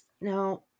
Now